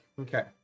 Okay